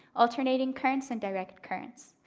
alternating currents and direct currents.